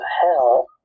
hell